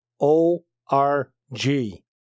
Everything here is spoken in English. O-R-G